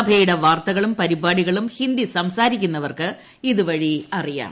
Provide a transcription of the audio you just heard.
സഭയുടെ വാർത്തകളും പരിപാടികളും ഹിന്ദി സംസാരിക്കുന്നവർക്ക് ഇതു വഴി അറിയാം